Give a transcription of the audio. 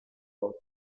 volte